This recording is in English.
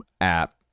app